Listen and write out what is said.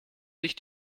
sich